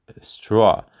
straw